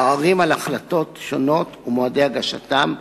עררים על החלטות שונות ומועדי הגשתם,